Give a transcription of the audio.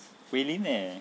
wei lin leh